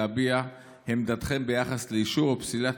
להביע עמדתכם ביחס לאישור או פסילת